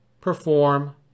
perform